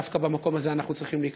דווקא במקום הזה אנחנו צריכים להיכנס.